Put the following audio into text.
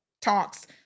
talks